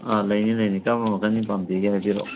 ꯑꯪ ꯂꯩꯅꯤ ꯂꯩꯅꯤ ꯀꯔꯝꯕ ꯃꯈꯜꯒꯤ ꯄꯥꯝꯕꯤꯒꯦ ꯍꯥꯏꯕꯤꯔꯛꯑꯣ